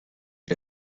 est